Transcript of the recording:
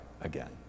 again